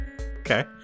Okay